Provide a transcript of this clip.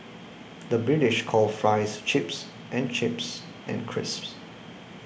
the British calls Fries Chips and chips and crisps